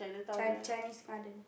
try Chinese-Garden